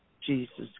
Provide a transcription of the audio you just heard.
Jesus